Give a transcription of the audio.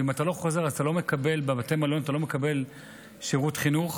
ואם אתה לא חוזר אז אתה לא מקבל בבתי המלון שירותי חינוך.